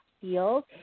field